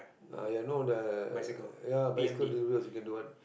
ah I know the ya bicycle delivery also can do what